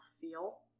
feel